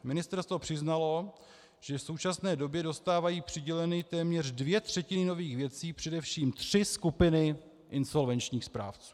Ministerstvo přiznalo, že v současné době dostávají přiděleny téměř dvě třetiny nových věcí především tři skupiny insolvenčních správců.